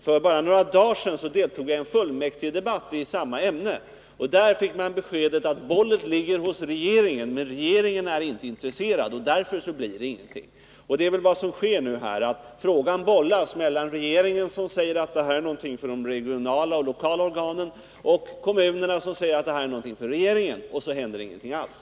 För bara några dagar sedan deltog jag i en fullmäktigedebatt i detta ämne. Där fick man beskedet att bollen ligger hos regeringen men att regeringen inte är intresserad. Därför blir ingenting gjort. Det är väl vad som sker. Frågan bollas mellan regeringen, som säger att detta är någonting för de regionala och lokala organen, och kommunerna, som säger att detta är någonting för regeringen, och så händer ingenting alls.